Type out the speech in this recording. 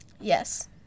Yes